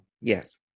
Yes